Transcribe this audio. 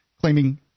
claiming